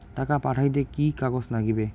টাকা পাঠাইতে কি কাগজ নাগীবে?